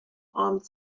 armed